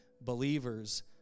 believers